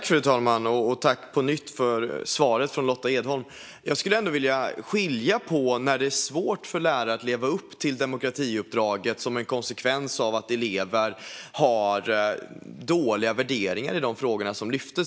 Fru talman! Jag tackar på nytt för svaret från Lotta Edholm. Jag skulle ändå vilja skilja detta från när det är svårt för lärare att leva upp till demokratiuppdraget som en konsekvens av att elever har dåliga värderingar i frågorna som nämndes.